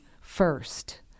first